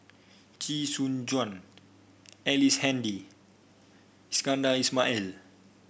Chee Soon Juan Ellice Handy Iskandar Ismail